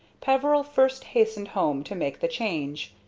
peveril first hastened home to make the change.